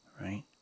right